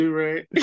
right